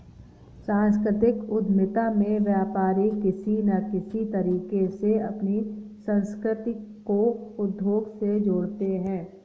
सांस्कृतिक उद्यमिता में व्यापारी किसी न किसी तरीके से अपनी संस्कृति को उद्योग से जोड़ते हैं